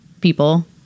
people